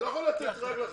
אתה לא יכול לתת רק לחרדים.